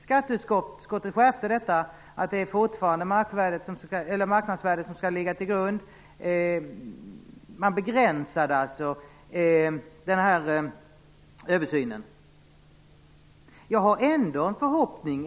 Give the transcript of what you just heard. Skatteutskottet föreslog en skärpning så att marknadsvärdet fortsatt skulle ligga till grund för fastighetsskatten. Översynen begränsades alltså.